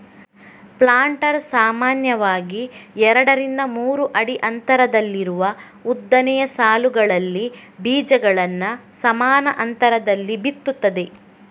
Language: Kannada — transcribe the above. ಪ್ಲಾಂಟರ್ ಸಾಮಾನ್ಯವಾಗಿ ಎರಡರಿಂದ ಮೂರು ಅಡಿ ಅಂತರದಲ್ಲಿರುವ ಉದ್ದನೆಯ ಸಾಲುಗಳಲ್ಲಿ ಬೀಜಗಳನ್ನ ಸಮಾನ ಅಂತರದಲ್ಲಿ ಬಿತ್ತುತ್ತದೆ